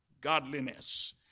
Godliness